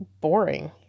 boring